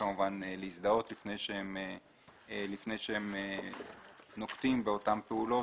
להזדהות לפני שהם נוקטים באותן פעולות